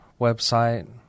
website